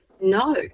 no